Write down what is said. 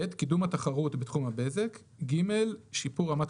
קידום התחרות בתחום הבזק; שיפור רמת